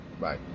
bye